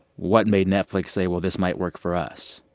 what made netflix say, well, this might work for us?